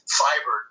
fiber